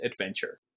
adventure